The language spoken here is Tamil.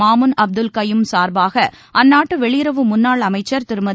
மாமூன் அப்துல் கையூம் சார்பாக அந்நாட்டுவெளியுறவு அமுன்னாள் அமைச்சர் திருமதி